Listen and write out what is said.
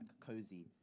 cozy